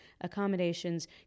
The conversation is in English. accommodations